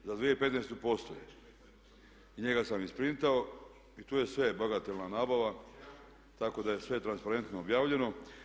Za 2015. postoje i njega sam isprintao i tu je sve bagatelna nabava, tako da je sve transparentno objavljeno.